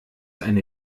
eine